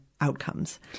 outcomes